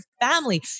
family